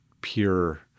pure